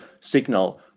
signal